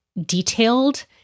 detailed